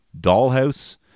dollhouse